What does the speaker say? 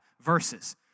verses